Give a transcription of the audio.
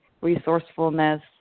resourcefulness